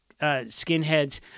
skinheads